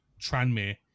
Tranmere